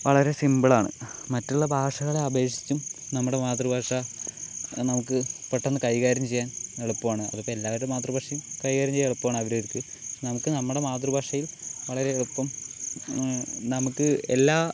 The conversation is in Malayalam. വളരെ സിമ്പിളാണ് മറ്റുള്ള ഭാഷകളെ അപേക്ഷിച്ചും നമ്മുടെ മാതൃഭാഷ നമുക്ക് പെട്ടെന്ന് കൈകാര്യം ചെയ്യാൻ എളുപ്പാണ് അതിപ്പോൾ എല്ലാവരുടെ മാതൃഭാഷയും കൈകാര്യം ചെയ്യാൻ എളുപ്പാണ് അവരവർക്ക് പക്ഷെ നമുക്ക് നമ്മുടെ മാതൃഭാഷയിൽ വളരെ എളുപ്പം നമുക്ക് എല്ലാ